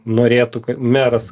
norėtų meras